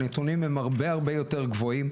הנתונים הם הרבה יותר גבוהים.